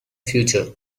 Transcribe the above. future